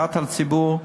רווחת הציבור,